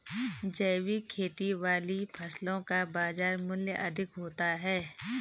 जैविक खेती वाली फसलों का बाजार मूल्य अधिक होता है